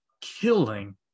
killing